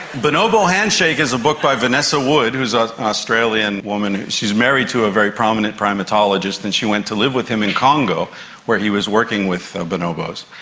bonobo handshake is a book by vanessa woods, who is an australian woman, she is married to a very prominent primatologist and she went to live with him in congo where he was working with bonobos,